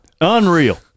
unreal